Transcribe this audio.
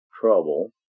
trouble